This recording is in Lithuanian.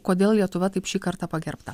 kodėl lietuva taip šį kartą pagerbta